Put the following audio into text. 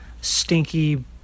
stinky